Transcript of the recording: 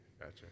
gotcha